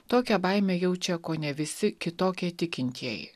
tokią baimę jaučia kone visi kitokie tikintieji